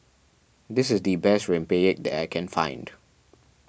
this is the best Rempeyek that I can find